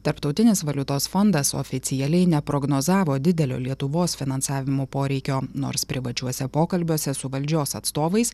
tarptautinis valiutos fondas oficialiai neprognozavo didelio lietuvos finansavimo poreikio nors privačiuose pokalbiuose su valdžios atstovais